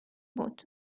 بود